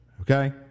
okay